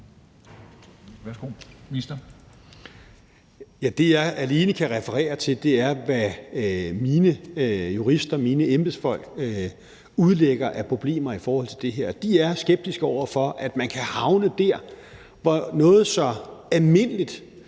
Det, jeg alene kan referere til, er, hvad mine jurister, mine embedsfolk udlægger af problemer i forhold til det her. De er skeptiske over for, at man kan havne der, hvor noget så almindeligt